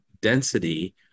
density